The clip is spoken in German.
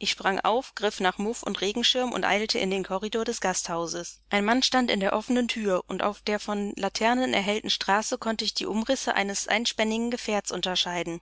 ich sprang auf griff nach muff und regenschirm und eilte in den korridor des gasthauses ein mann stand in der offenen thür und auf der von laternen erhellten straße konnte ich die umrisse eines einspännigen gefährts unterscheiden